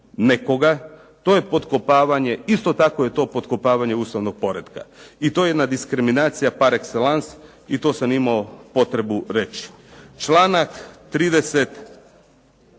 nekoga, isto tako je to potkopavanje ustavnog poretka. I to je jedna diskriminacija par exellence i to sam imao potrebu reći. Članak 35.: